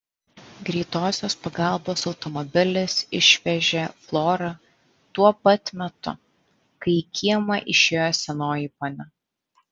greitosios pagalbos automobilis išvežė florą tuo pat metu kai į kiemą išėjo senoji ponia